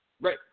Right